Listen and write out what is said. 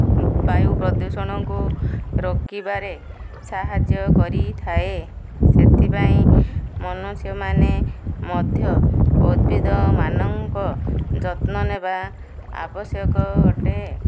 ବାୟୁ ପ୍ରଦୂଷଣକୁ ରୋକିବାରେ ସାହାଯ୍ୟ କରିଥାଏ ସେଥିପାଇଁ ମନୁଷ୍ୟମାନେ ମଧ୍ୟ ଉଦ୍ଭିଦମାନଙ୍କ ଯତ୍ନ ନେବା ଆବଶ୍ୟକ ଅଟେ